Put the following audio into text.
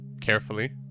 Carefully